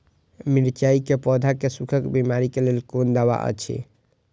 मिरचाई के पौधा के सुखक बिमारी के लेल कोन दवा अछि?